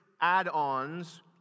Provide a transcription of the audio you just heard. add-ons